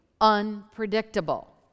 unpredictable